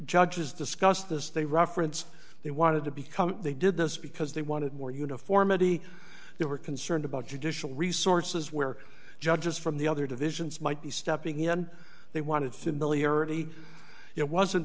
judges discussed this they reference they wanted to become they did this because they wanted more uniformity they were concerned about judicial resources where judges from the other divisions might be stepping in and they wanted familiarity it wasn't